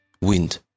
wind